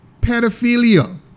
pedophilia